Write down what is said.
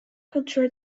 cultural